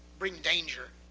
bring danger.